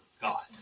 God